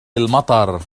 المطر